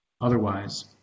Otherwise